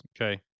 Okay